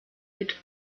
mit